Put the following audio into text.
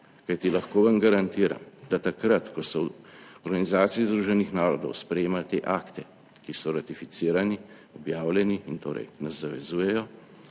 kajti lahko vam garantiram, da takrat, ko so v Organizaciji združenih narodov sprejemali te akte, ki so ratificirani, objavljeni in torej nas zavezujejo